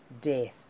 death